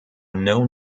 known